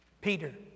Peter